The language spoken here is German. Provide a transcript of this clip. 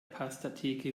pastatheke